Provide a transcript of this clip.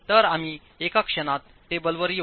तर आम्ही एका क्षणात टेबलवर येऊ